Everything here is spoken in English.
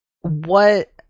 What-